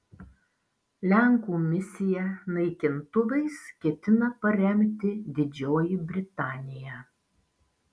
lenkų misiją naikintuvais ketina paremti didžioji britanija